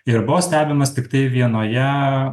ir buvo stebimas tiktai vienoje